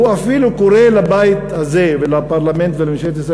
הוא אפילו קורא לבית הזה, לפרלמנט, ולממשלת ישראל